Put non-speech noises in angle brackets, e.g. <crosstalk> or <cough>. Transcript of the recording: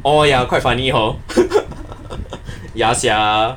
oh ya quite funny hor <laughs> ya sia